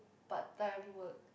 part time work